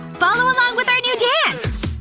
follow along with our new dance!